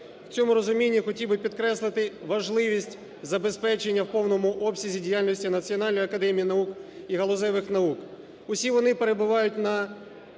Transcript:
В цьому розумінні я хотів би підкреслити важливість забезпечення в повному обсязі діяльності Національної академії наук і галузевих наук. Усі вони перебувають на